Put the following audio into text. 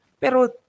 Pero